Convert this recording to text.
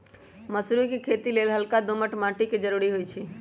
मसुरी कें खेति लेल हल्का दोमट माटी के जरूरी होइ छइ